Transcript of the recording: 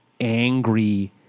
angry